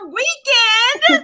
weekend